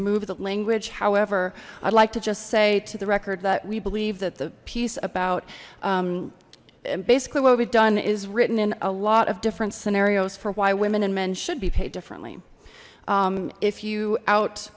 move the language however i'd like to just say to the record that we believe that the piece about basically what we've done is written in a lot of different scenarios for why women and men should be paid differently if you out